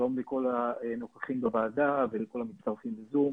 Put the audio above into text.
שלום לכל הנוכחים בוועדה ולכל המצטרפים בזום,